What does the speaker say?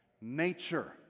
nature